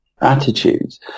attitudes